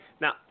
Now